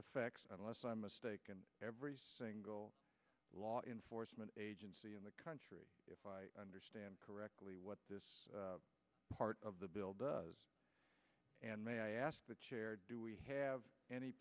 effect unless i'm mistaken every single law enforcement agency in the country if i understand correctly what this part of the bill does and may i ask the chair do we have